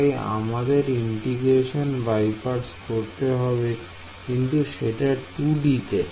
তাই আমাদের ইন্টিগ্রেশন বাইপার্টস করতে হবে কিন্তু সেটি 2D তে